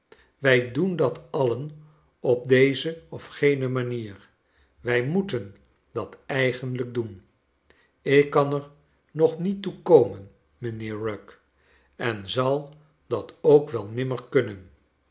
wij doen dat alien op deze of gene manier wij moelen dat eigenlijk doen ik kan er nog niet toe komen mijnheer rugg en zal dat ook wel nimmer kunrien